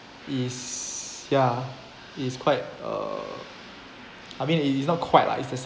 is ya is quite uh I mean it it's not quite lah it's the sad